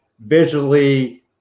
visually